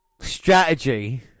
strategy